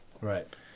Right